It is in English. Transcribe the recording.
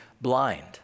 blind